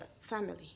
family